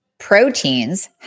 proteins